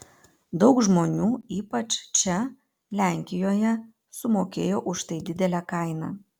daug žmonių ypač čia lenkijoje sumokėjo už tai didelę kainą